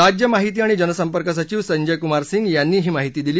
राज्य माहिती आणि जनसंपर्क सचिव संजयकुमार सिंह यांनी ही माहिती दिली